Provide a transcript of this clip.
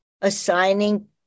assigning